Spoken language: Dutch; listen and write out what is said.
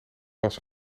was